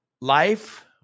life